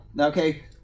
okay